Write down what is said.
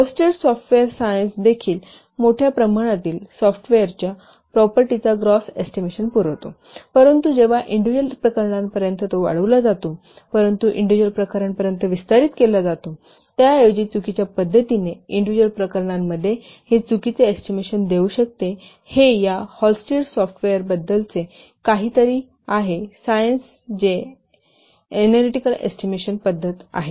Halstead software science देखील मोठ्या प्रमाणातील सॉफ्टवेअरच्या प्रॉपर्टीचा ग्रोस एस्टिमेशन पुरवतो परंतु जेव्हा इंडिज्युअल प्रकरणांपर्यंत तो वाढविला जातो परंतु इंडिज्युअल प्रकरणांपर्यंत विस्तारित केला जातो त्याऐवजी चुकीच्या पद्धतीने इंडिज्युअल प्रकरणांमध्ये हे चुकीचे एस्टिमेशन देऊ शकते हे या हॉलस्टिड सॉफ्टवेअर बद्दलचे काहीतरी आहे सायन्स जे ऍनालीटीकल एस्टिमेशन पद्धत आहे